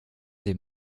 dem